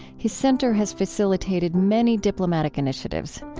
his center has facilitated many diplomatic initiatives.